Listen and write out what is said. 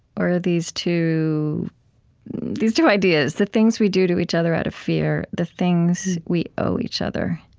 or these two these two ideas the things we do to each other out of fear, the things we owe each other.